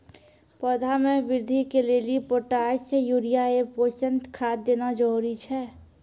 पौधा मे बृद्धि के लेली पोटास यूरिया एवं पोषण खाद देना जरूरी छै?